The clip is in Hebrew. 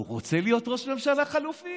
הוא רוצה להיות ראש ממשלה חלופי.